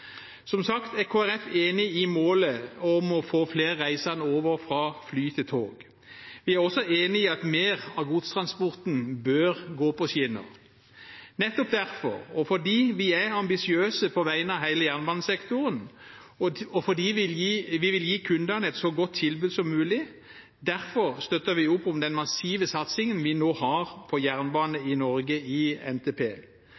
Som sagt er Kristelig Folkeparti enig i målet om å få flere reisende over fra fly til tog. Vi er også enige i at mer av godstransporten bør gå på skinner. Nettopp derfor – og fordi vi er ambisiøse på vegne av hele jernbanesektoren, og fordi vi vil gi kundene et så godt tilbud som mulig – støtter vi opp om den massive satsingen vi nå har på